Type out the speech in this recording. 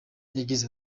yagize